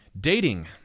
Dating